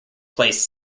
placed